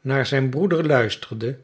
naar zijn broeder luisterde